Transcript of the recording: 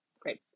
great